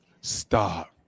Stop